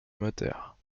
moteur